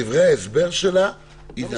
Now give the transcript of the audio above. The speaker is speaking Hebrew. בדברי ההסבר שלה יינתנו נימוקים.